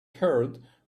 heard